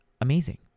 amazing